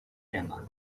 emma